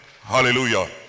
Hallelujah